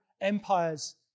empires